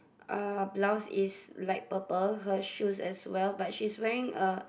uh blouse is light purple her shoes as well but she's wearing a